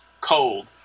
cold